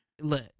Look